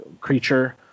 creature